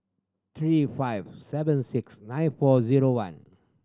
three five seven six nine four zero one